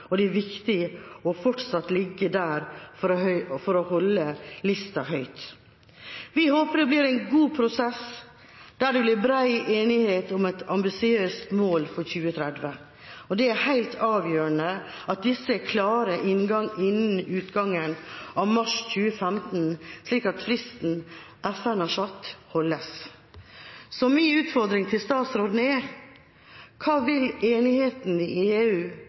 og det er viktig fortsatt å ligge der for å holde lista høyt. Vi håper det blir en god prosess der det blir bred enighet om et ambisiøst mål for 2030. Det er helt avgjørende at disse er klare innen utgangen av mars 2015, slik at fristen FN har satt, holdes. Så min utfordring til statsråden er: Hva vil enigheten i EU